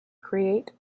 create